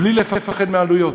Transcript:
בלי לפחד מהעלויות.